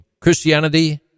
Christianity